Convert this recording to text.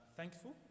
thankful